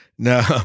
No